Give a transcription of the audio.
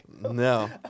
no